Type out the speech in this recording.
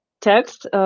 text